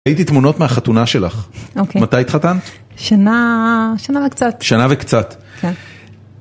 ראיתי תמונות מהחתונה שלך. אוקיי. מתי התחתנת? שנה... שנה וקצת. שנה וקצת. כן.